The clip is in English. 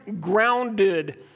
grounded